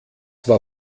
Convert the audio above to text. war